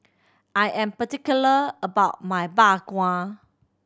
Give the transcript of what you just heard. I am particular about my Bak Kwa